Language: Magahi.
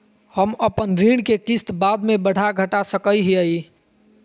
हम अपन ऋण के किस्त बाद में बढ़ा घटा सकई हियइ?